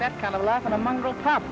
that kind of laugh among the top